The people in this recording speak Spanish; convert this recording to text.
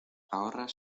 ahorras